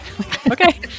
Okay